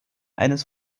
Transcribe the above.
eines